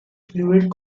fluid